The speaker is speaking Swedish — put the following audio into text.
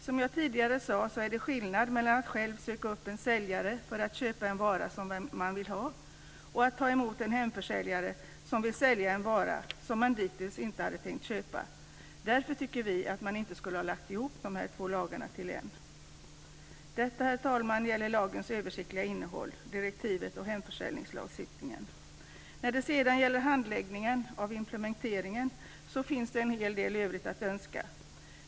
Som jag tidigare sade är det skillnad mellan att själv söka upp en säljare för att köpa en vara som man vill ha och att ta emot en hemförsäljare som vill sälja en vara som man dittills inte hade tänkt köpa. Därför tycker vi att man inte skulle ha lagt ihop dessa två lagar till en. Detta, herr talman, gällde lagens översiktliga innehåll, direktivet och hemförsäljningslagstiftningen. När det sedan gäller handläggningen av implementeringen finns det en hel del övrigt att önska.